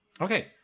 Okay